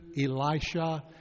Elisha